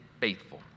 faithful